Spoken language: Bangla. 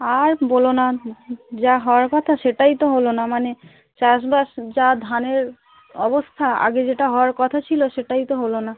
আর বলো না যা হওয়ার কথা সেটাই তো হলো না মানে চাষবাস যা ধানের অবস্থা আগে যেটা হওয়ার কথা ছিলো সেটাই তো হলো না